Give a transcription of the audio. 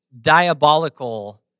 diabolical